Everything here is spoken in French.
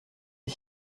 est